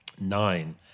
nine